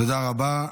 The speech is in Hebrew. תודה רבה.